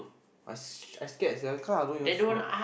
I I scared sia cause I don't even smoke